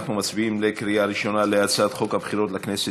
אנחנו מצביעים בקריאה ראשונה על הצעת חוק הבחירות לכנסת